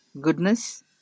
goodness